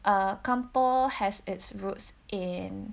a kampo has its roots in